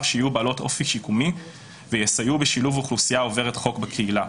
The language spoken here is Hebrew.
שיהיו בעלות אופי שיקומי ויסייעו בשילוב אוכלוסייה עוברת חוק בקהילה".